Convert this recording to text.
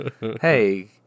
hey